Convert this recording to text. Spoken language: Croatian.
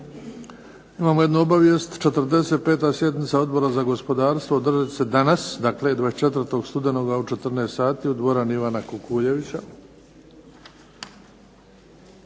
Imamo jednu obavijest. 45. sjednica Odbora za gospodarstvo održat će se danas, dakle 24. studenoga u 14,00 u dvorani Ivana Kukuljevića.